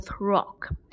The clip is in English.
rock